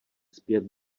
zpět